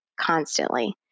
constantly